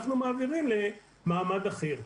אנחנו מעבירים למעמד אחר.